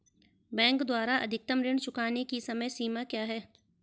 Bank द्वारा अधिकतम ऋण चुकाने की समय सीमा क्या है?